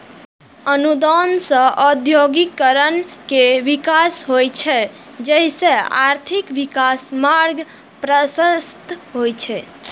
अनुदान सं औद्योगिकीकरण के विकास होइ छै, जइसे आर्थिक विकासक मार्ग प्रशस्त होइ छै